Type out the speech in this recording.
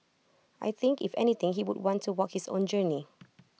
I think if anything he would want to work his own journey